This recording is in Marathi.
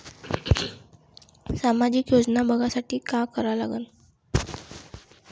सामाजिक योजना बघासाठी का करा लागन?